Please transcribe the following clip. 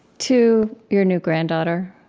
to your new granddaughter.